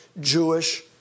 Jewish